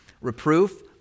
reproof